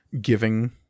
giving